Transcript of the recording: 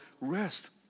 rest